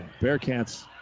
Bearcats